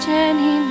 Jenny